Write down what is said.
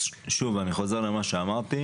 שוב, אני חוזר על מה שאמרתי